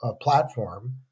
platform